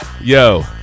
Yo